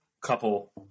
couple